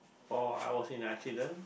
or I was in a accident